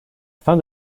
fin